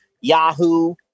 Yahoo